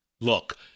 Look